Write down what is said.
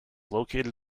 located